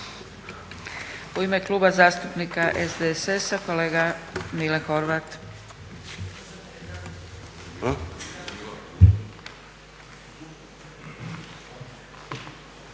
U ime Kluba zastupnika SDSS-a kolega Mile Horvat.